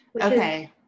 okay